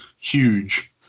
huge